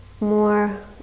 more